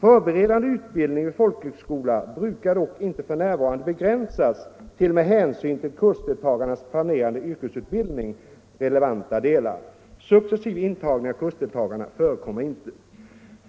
Förberedande utbildning vid folkhögskola brukar dock inte f. n. begränsas till med hänsyn till kursdeltagarens planerade yrkesutbildning relevanta delar. Successivintagning av kursdeltagare förekommer inte.